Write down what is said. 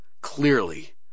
clearly